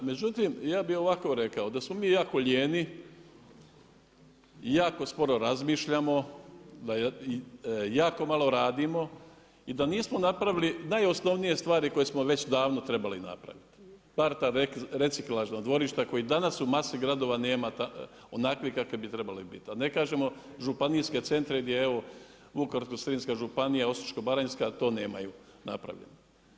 Međutim ja bi ovako rekao, da smo mi jako lijeni i jako sporo razmišljamo, da jako malo radimo i da nismo napravili najosnovnije stvari koje smo već davno trebali napraviti, bar ta reciklažna dvorišta koji danas u masi gradova nema onakve kakve bi trebali biti, da ne kažemo županijske centre gdje evo Vukovarsko-srijemska županija Osječko-baranjska to nemaju napravljeno.